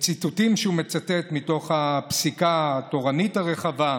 וציטוטים שהוא מצטט מתוך הפסיקה התורנית הרחבה.